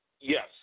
Yes